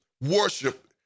worship